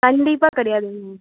கண்டிப்பாக கிடையாது மேம்